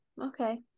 okay